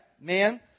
Man